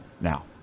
now